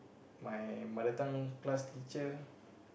my mother tongue class teacher